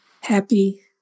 happy